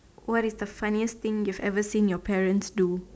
what is the funniest thing you ever seen your parents do